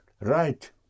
Right